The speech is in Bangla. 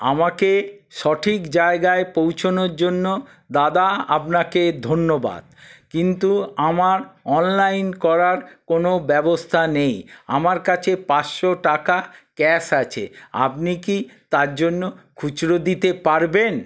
আমাকে সঠিক জায়গায় পৌঁছোনোর জন্য দাদা আপনাকে ধন্যবাদ কিন্তু আমার অনলাইন করার কোনো ব্যবস্থা নেই আমার কাছে পাঁচশো টাকা ক্যাশ আছে আপনি কি তার জন্য খুচরো দিতে পারবেন